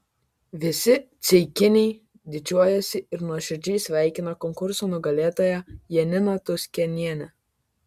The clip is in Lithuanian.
visi ceikiniai didžiuojasi ir nuoširdžiai sveikina konkurso nugalėtoją janiną tuskenienę